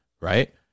Right